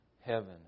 heaven